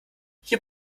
hier